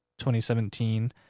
2017